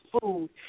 food